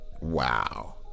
Wow